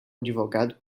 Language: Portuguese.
advogado